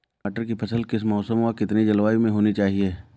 टमाटर की फसल किस मौसम व कितनी जलवायु में होनी चाहिए?